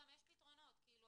גם יש פתרונות כלומר,